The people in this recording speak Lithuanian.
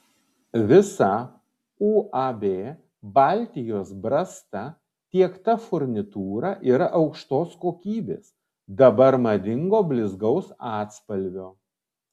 visa uab baltijos brasta tiekta furnitūra yra aukštos kokybės dabar madingo blizgaus atspalvio